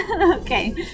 Okay